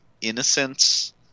innocence